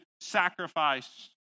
sacrifice